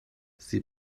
sie